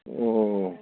अह